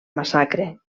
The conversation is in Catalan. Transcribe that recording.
massacre